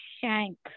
shank